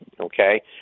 Okay